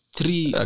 Three